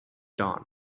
dawn